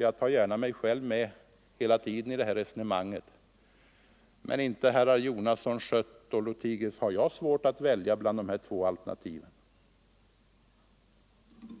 Jag tar gärna med mig själv i resonemanget, men inte har jag, herrar Jonasson, Schött och Lothigius, svårt att välja mellan Nr 128 dessa två alternativ. Tisdagen den